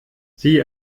sie